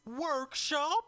workshop